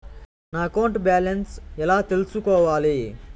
నా account balance ఎలా తెల్సుకోవాలి